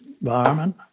environment